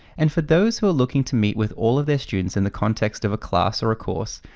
and for those who are looking to meet with all of their students in the context of a class or a course,